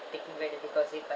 taking back the deposit but